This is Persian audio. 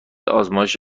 آزمایش